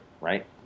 right